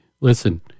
Listen